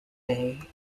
bay